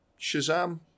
Shazam